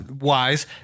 wise